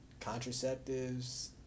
contraceptives